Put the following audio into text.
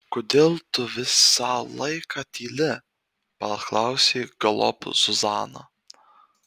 kodėl tu visą laiką tyli paklausė galop zuzana